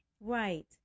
Right